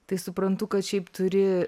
tai suprantu kad šiaip turi